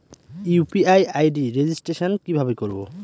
UPI ID registration কিভাবে করব?